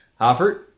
Hoffert